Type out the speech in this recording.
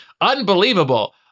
unbelievable